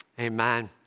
Amen